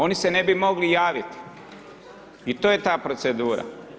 Oni se ne bi mogli javiti i to je ta procedura.